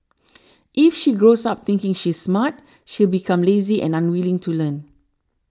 if she grows up thinking she's smart she'll become lazy and unwilling to learn